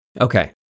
Okay